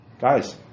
Guys